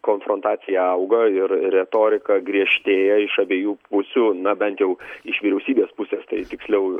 konfrontacija auga ir retorika griežtėja iš abiejų pusių na bent jau iš vyriausybės pusės tai tiksliau